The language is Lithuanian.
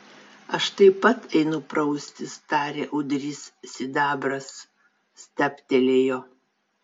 aš taip pat einu praustis tarė ūdrys sidabras stabtelėjo